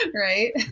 Right